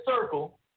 circle